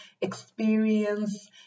experience